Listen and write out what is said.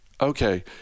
okay